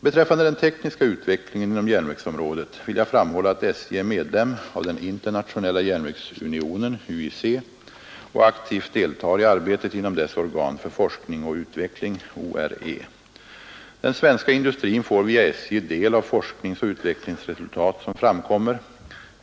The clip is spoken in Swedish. Beträffande den tekniska utvecklingen inom järnvägsområdet vill jag framhålla, att SJ är medlem av den internationella järnvägsunionen och aktivt deltar i arbetet inom dess organ för forskning och utveckling . Den svenska industrin får via SJ del av forskningsoch utvecklingsresultat som framkommer.